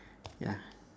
ya